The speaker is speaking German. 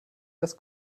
das